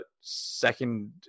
second